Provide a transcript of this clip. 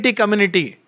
community